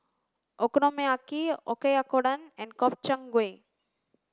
Okonomiyaki Oyakodon and Gobchang gui